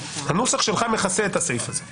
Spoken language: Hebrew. הנוסח שלך מכסה את הסעיף הזה לדעתי.